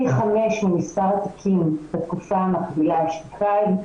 פי חמש ממספר התיקים בתקופה המקבילה אשתקד,